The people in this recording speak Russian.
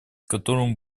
которым